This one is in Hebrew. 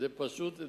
פשוט,